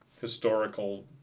historical